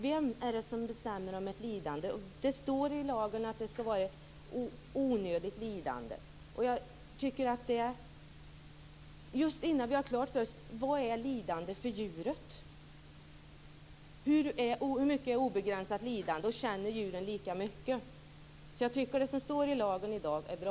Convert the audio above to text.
Vem är det som bestämmer om ett lidande? Det står i lagen att det inte skall vara ett onödigt lidande. Innan vi har klart för oss vad som är lidande för djuret, vad som är obegränsat lidande och om de olika djuren känner lika mycket, tycker jag att det som står i lagen i dag är bra.